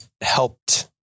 helped